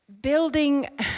Building